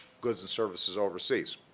goods and services overseas.